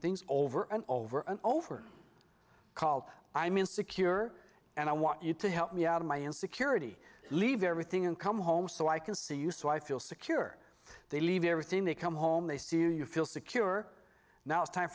things over and over and over called i mean secure and i want you to help me out of my insecurity leave everything and come home so i can see you so i feel secure they leave everything they come home they see you feel secure now it's time